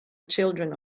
children